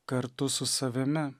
kartu su savimi